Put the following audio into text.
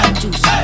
juice